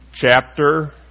chapter